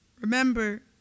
remember